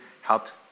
helped